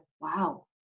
wow